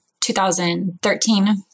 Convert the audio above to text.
2013